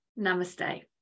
namaste